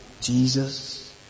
Jesus